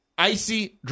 Icy –